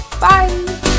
bye